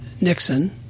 Nixon